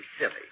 silly